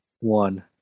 One